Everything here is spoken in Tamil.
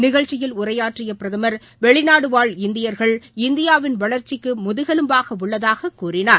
நிகழ்ச்சியில் உரையாற்றிய பிரதமர் வெளிநாடுவாழ் இந்தியர்கள் இந்தியாவின் வளர்ச்சிக்கு முதுகெலும்பாக உள்ளதாகக் கூறினார்